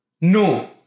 No